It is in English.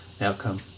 outcome